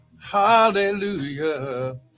hallelujah